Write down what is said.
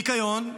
ניקיון,